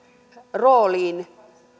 rooliin